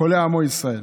חולי עמו ישראל.